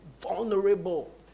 vulnerable